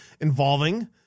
involving